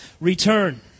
return